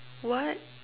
what